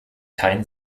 kein